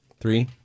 Three